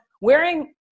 wearing